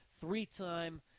three-time